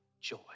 joy